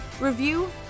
review